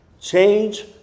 Change